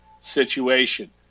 situation